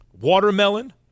watermelon